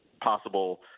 possible